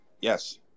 Yes